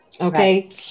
Okay